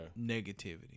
negativity